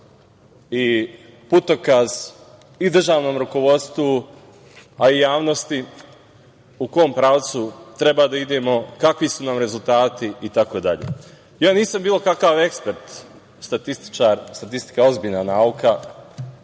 i putokaz i državnom rukovodstvu, a i javnosti u kom pravcu treba da idemo, kakvi su nam rezultati, i tako dalje. Ja nisam bilo kakav ekspert statističar, statistika je ozbiljna nauka